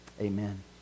Amen